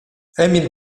emil